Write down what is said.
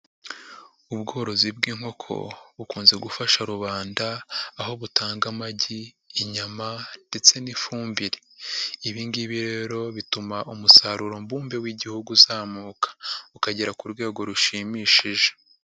Ubworozi bw'inkoko bukunze gufasha rubanda aho butanga amagi, inyama ndetse n'ifumbire, ibingibi rero bituma umusaruro mbumbe w'Igihugu uzamuka ukagera ku rwego rushimishije.